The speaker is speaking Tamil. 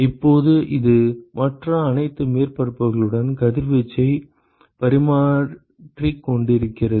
இப்போது இது மற்ற அனைத்து மேற்பரப்புகளுடன் கதிர்வீச்சைப் பரிமாறிக்கொண்டிருக்கிறது